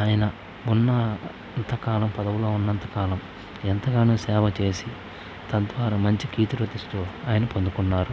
ఆయన ఉన్నంతకాలం పదవిలో ఉన్నంత కాలం ఎంతగానో సేవ చేసి తద్వారా మంచి కీర్తి ప్రతిష్టలు అయిన పొందుకున్నారు